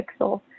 pixel